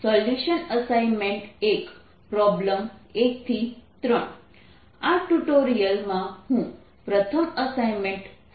solution assignment 1 problem 1 3 આ tutorial માં હું પ્રથમ અસાઇનમેન્ટ સોલ્વ કરીશ